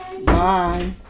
bye